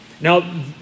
Now